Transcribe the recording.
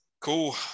Cool